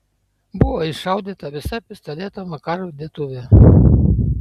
buvo iššaudyta visa pistoleto makarov dėtuvė